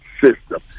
system